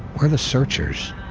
we're the searchers,